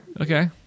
Okay